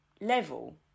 level